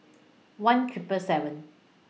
one Triple seven